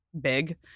big